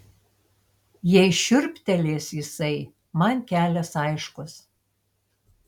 jei šiurptelės jisai man kelias aiškus